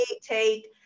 take